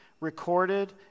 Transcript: recorded